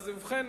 אם כן,